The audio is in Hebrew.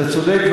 אתה צודק.